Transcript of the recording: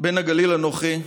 בן הגליל אנוכי,